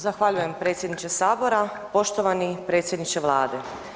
Zahvaljujem predsjedniče Sabora, poštovani predsjedniče Vlade.